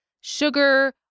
sugar